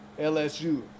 LSU